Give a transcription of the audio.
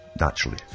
naturally